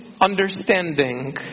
understanding